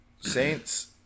Saints